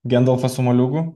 gendolčas su moliūgu